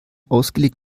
ausgelegt